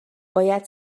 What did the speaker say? باید